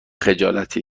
خجالتی